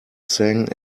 sang